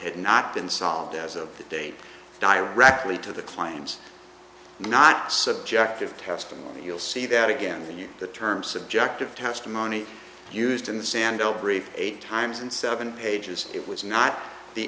have not been solved as of today directly to the claims not subjective testimony you'll see that again the term subjective testimony used in the sandel brief eight times and seven pages it was not the